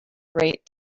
great